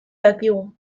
dakigu